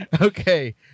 okay